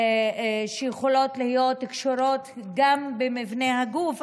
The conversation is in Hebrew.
שיכולות להיות קשורות גם במבנה הגוף,